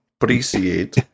Appreciate